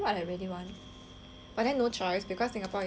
but then no choice because singapore is a very err